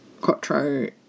Quattro